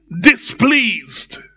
displeased